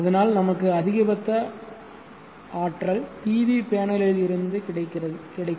அதனால் நமக்கு அதிகபட்ச ஆற்றல் PV பேனலில் இருந்து கிடைக்கும்